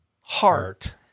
heart